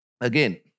Again